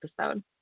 episode